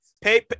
Pay